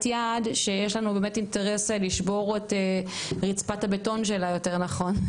יעד שיש לנו באמת אינטרס לשבור את רצפת הבטון שלה יותר נכון,